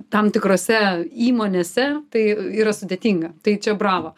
tam tikrose įmonėse tai yra sudėtinga tai čia bravo